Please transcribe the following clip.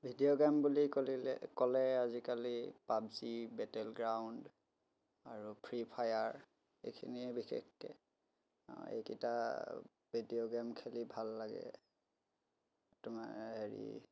video game বুলি কলিলে ক'লে আজিকালি পাব জি বেটেল গ্ৰাউণ্ড আৰু ফ্ৰী ফায়াৰ এইখিনিয়েই বিশেষকে এইকেইটা ভিডিঅ' গেম খেলি ভাল লাগে তোমাৰ হেৰি